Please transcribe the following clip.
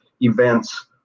events